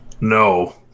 No